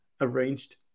arranged